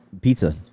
pizza